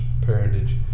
parentage